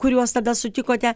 kuriuos tada sutikote